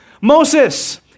Moses